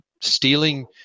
stealing